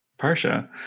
Parsha